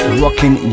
rocking